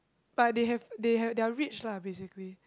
but they have they have they're rich lah basically